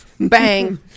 Bang